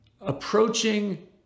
approaching